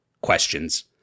questions